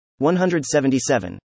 177